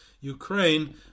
Ukraine